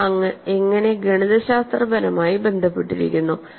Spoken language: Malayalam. അവ എങ്ങനെ ഗണിതശാസ്ത്രപരമായി ബന്ധപ്പെട്ടിരിക്കുന്നു